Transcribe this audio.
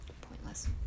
Pointless